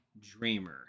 dreamer